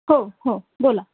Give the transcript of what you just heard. हो हो बोला